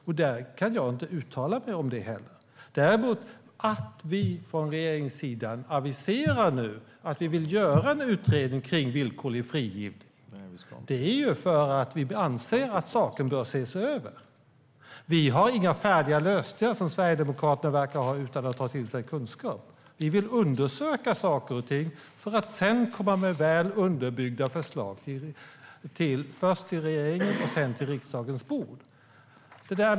Jag kan därför inte uttala mig om det. Men att regeringen aviserar att man vill göra en utredning om villkorlig frigivning är för att vi anser att saken bör ses över. Vi har inga färdiga lösningar, vilket Sverigedemokraterna verkar ha utan att ta till sig kunskap. Vi vill undersöka saker och ting för att sedan komma med väl underbyggda förslag i regering och riksdag.